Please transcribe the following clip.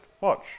Watch